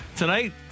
Tonight